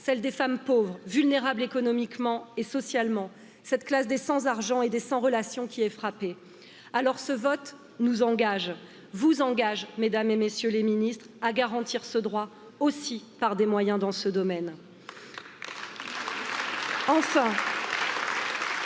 celle des femmes pauvres vulnérables économiquement et socialement, cette classe des sans argent et sans relations quii est frappée. Alors, ce vote nous engage, vous engage, Mᵐᵉˢ et MM. les ministres à garantir ce droit aussi par des moyens dans ce domaine.